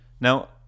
Now